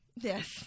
Yes